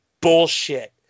bullshit